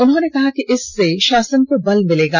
उन्होंने कहा कि इससे शासन को बल मिलेगा